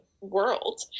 world